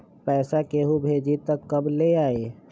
पैसा केहु भेजी त कब ले आई?